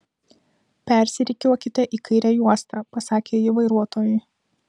persirikiuokite į kairę juostą pasakė ji vairuotojui